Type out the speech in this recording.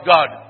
God